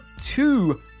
two